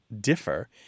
differ